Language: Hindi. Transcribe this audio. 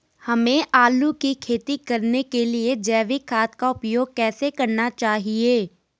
हमें आलू की खेती करने के लिए जैविक खाद का उपयोग कैसे करना चाहिए?